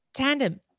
Tandem